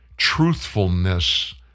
truthfulness